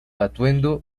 atuendo